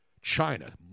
China